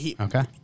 Okay